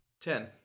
Ten